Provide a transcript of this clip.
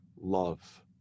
love